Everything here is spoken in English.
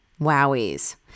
wowies